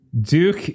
Duke